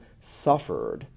suffered